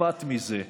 אכפת מזה.